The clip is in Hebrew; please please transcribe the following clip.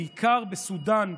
בעיקר בסודאן,